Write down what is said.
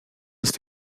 ist